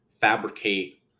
fabricate